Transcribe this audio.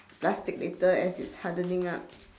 plastic later as it's hardening up